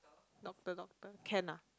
doctor doctor can lah